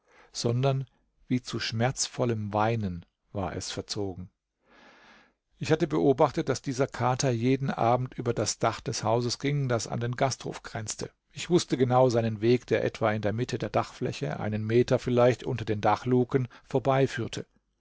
sondern wie zu schmerzvollem weinen war es verzogen ich hatte beobachtet daß dieser kater jeden abend über das dach des hauses ging das an den gasthof grenzte ich wußte genau seinen weg der etwa in der mitte der dachfläche einen meter vielleicht unter den dachluken vorbeiführte